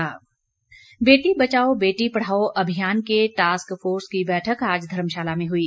बेटी बचाओ बेटी बचाओ बेटी पढ़ाओ अभियान के टास्क फोर्स की बैठक आज धर्मशाला में हुई